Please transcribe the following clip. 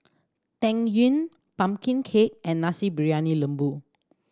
Tang Yuen pumpkin cake and Nasi Briyani Lembu